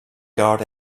guard